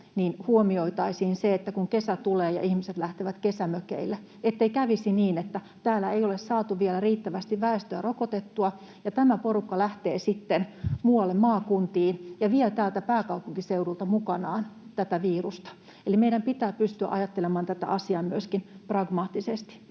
huomioitaisiin se, kun kesä tulee ja ihmiset lähtevät kesämökeille, ettei kävisi niin, että täällä ei ole saatu vielä riittävästi väestöä rokotettua ja tämä porukka lähtee sitten muualle maakuntiin ja vie täältä pääkaupunkiseudulta mukanaan tätä virusta. Eli meidän pitää pystyä ajattelemaan tätä asiaa myöskin pragmaattisesti.